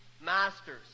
masters